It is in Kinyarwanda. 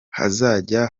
hazajya